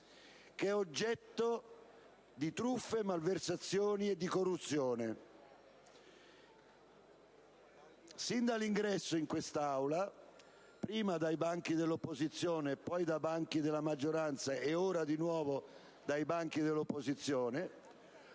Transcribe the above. sono l'oggetto di truffe, malversazioni e corruzione. Sin dall'ingresso in quest'Aula, prima dai banchi dell'opposizione, poi da quelli della maggioranza, e ora di nuovo dai banchi dell'opposizione,